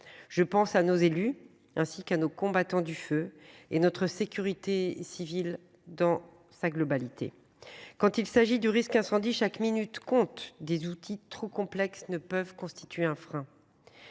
Je pense à nos élus, ainsi qu'à nos combattants du feu et notre sécurité civile dans sa globalité. Quand il s'agit du risque incendie chaque minute compte des outils trop complexe ne peuvent constituer un frein.